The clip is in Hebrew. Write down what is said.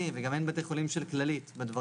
לא מכיסו של משרד האוצר,